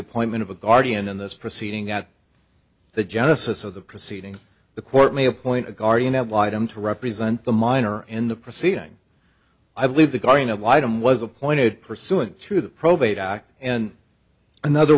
appointment of a guardian in this proceeding at the genesis of the proceeding the court may appoint a guardian ad litum to represent the minor in the proceeding i believe the guardian ad litem was appointed pursuant to the probate act and another